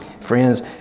friends